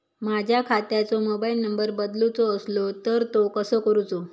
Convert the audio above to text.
माझ्या खात्याचो mobile number बदलुचो असलो तर तो कसो करूचो?